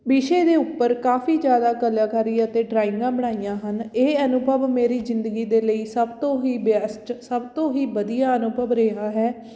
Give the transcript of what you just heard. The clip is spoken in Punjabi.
ਵਿਸ਼ੇ ਦੇ ਉੱਪਰ ਕਾਫੀ ਜ਼ਿਆਦਾ ਕਲਾਕਾਰੀ ਅਤੇ ਡਰਾਇੰਗਾਂ ਬਣਾਈਆਂ ਹਨ ਇਹ ਅਨੁਭਵ ਮੇਰੀ ਜ਼ਿੰਦਗੀ ਦੇ ਲਈ ਸਭ ਤੋਂ ਹੀ ਬੈਸਟ ਸਭ ਤੋਂ ਹੀ ਵਧੀਆ ਅਨੁਭਵ ਰਿਹਾ ਹੈ